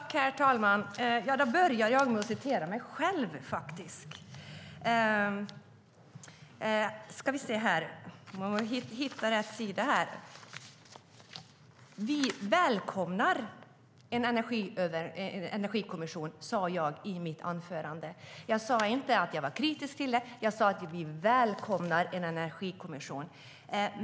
Herr talman! Jag börjar med att återge vad jag har sagt. Jag sa i mitt anförande att vi välkomnar en energikommission. Jag sa inte att jag var kritisk till en energikommission utan att vi välkomnar en kommission.